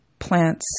plants